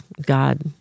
God